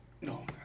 no